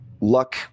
luck